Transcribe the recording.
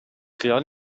خیال